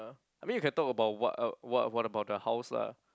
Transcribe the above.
I mean you can talk about what uh what what about the house lah